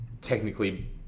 technically